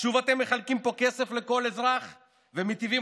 שוב אתם מחלקים פה כסף לכל אזרח ומיטיבים